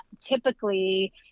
typically